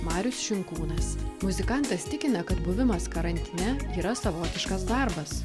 marius šinkūnas muzikantas tikina kad buvimas karantine yra savotiškas darbas